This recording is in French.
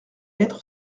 être